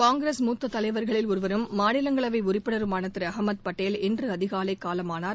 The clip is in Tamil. காங்கிரஸ் மூத்த தலைவர்களில் ஒருவரும் மாநிலங்களவை உறுப்பினருமான திரு அகமது பட்டேல் இன்று அதிகாலை காலமானார்